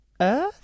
Earth